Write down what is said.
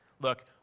Look